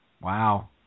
Wow